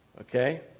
Okay